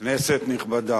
כנסת נכבדה,